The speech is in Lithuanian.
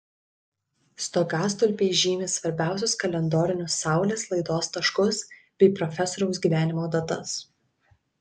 stogastulpiai žymi svarbiausius kalendorinius saulės laidos taškus bei profesoriaus gyvenimo datas